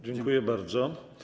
Dziękuję bardzo.